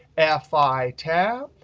f i, tab,